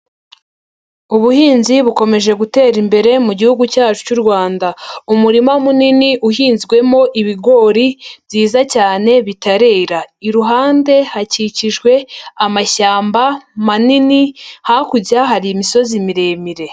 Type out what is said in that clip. Ubuhinzi bukomeje gutera imbere mu gihugu cyacu cy'u Rwanda. Umurima munini uhinzwemo ibigori byiza cyane bitarera. Iruhande hakikijwe amashyamba manini, hakurya hari imisozi miremire.